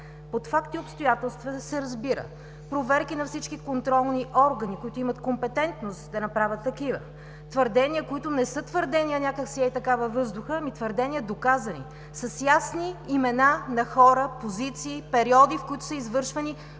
Под „факти и обстоятелства“ се разбират проверки на всички контролни органи, които имат компетентност да направят такива. Твърдения, които не са някак си така във въздуха, а доказани твърдения, с ясни имена на хора, позиции и периоди, в които са извършвани